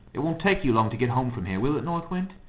it won't take you long to get home from here, will it, north wind?